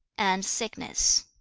and sickness.